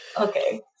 Okay